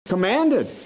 commanded